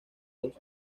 dos